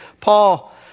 Paul